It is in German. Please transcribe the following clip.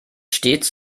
stets